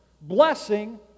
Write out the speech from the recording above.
Blessing